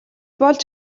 болж